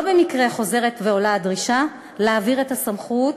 לא במקרה חוזרת ועולה הדרישה להעביר את הסמכות